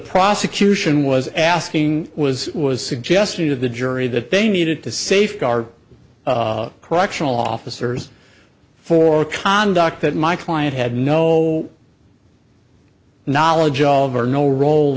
prosecution was asking was was suggested to the jury that they needed to safeguard correctional officers for conduct that my client had no knowledge of or no role